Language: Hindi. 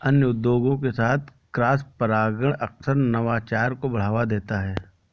अन्य उद्योगों के साथ क्रॉसपरागण अक्सर नवाचार को बढ़ावा देता है